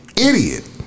idiot